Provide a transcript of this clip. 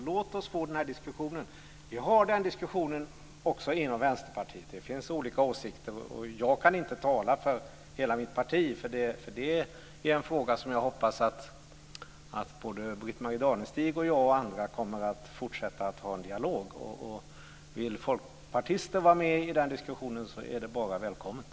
Låt oss få den här diskussionen! Vi har den diskussionen också inom Vänsterpartiet. Det finns olika åsikter. Jag kan inte tala för hela mitt parti. Detta är en fråga som jag hoppas att Britt-Marie Danestig, jag och andra kommer att fortsätta att ha en dialog om. Om folkpartister vill vara med i den diskussionen är det bara välkommet.